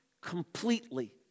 completely